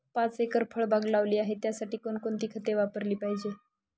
पाच एकर फळबाग लावली आहे, त्यासाठी कोणकोणती खते वापरली पाहिजे?